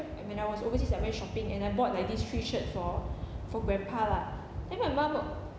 when I was overseas I went shopping and I bought like these three shirts for for grandpa lah then my mum